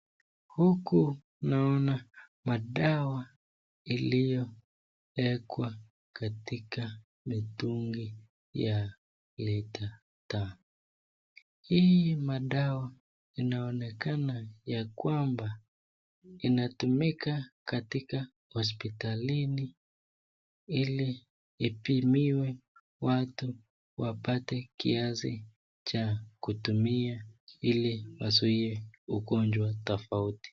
Huku naona madawa iliyowekwa katika mitungi ya lita tano. Hii madawa inaonekana ya kwamba inatumika katika hospitalini, ili ipimiwe watu wapate kiasi cha kutumia ili wazuie ugonjwa tofauti.